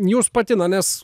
jūs pati na nes